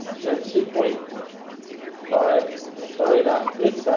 so two point five sorry about this.